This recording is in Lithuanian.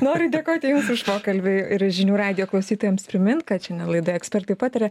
noriu dėkoti jums už pokalbį ir žinių radijo klausytojams primint kad šiandien laidoje ekspertai pataria